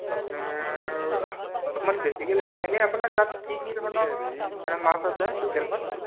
আপোনাৰ অকণমান বেছিকে লাগিছিলে এনে আপোনাৰ তাত কি কি ধৰণৰ মানে মাছ আছে লোকেল মাছ